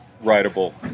Ridable